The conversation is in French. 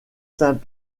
saint